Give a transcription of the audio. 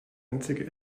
einzige